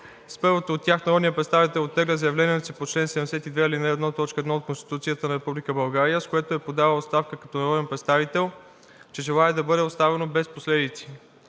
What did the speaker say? С първото от тях народният представител оттегля заявлението си по чл. 72, ал. 1, т. 1 от Конституцията на Република България, с което е подала оставка като народен представител, че желае да бъде оставено без последици.